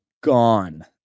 gone